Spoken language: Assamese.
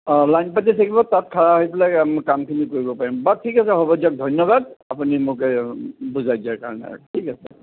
অঁ লাইন পাতি থাকিব তাত খাৰা হৈ ফেলাই আমি কামখিনি কৰিব পাৰিম বাট ঠিক আছে হ'ব দিয়ক ধন্যবাদ আপুনি মোক বুজাই দিয়াৰ কৰণে ঠিক আছে